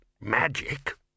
magic